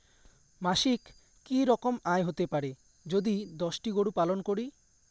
মাসিক কি রকম আয় হতে পারে যদি দশটি গরু পালন করি?